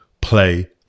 play